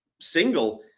single